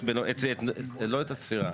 לא את הספירה,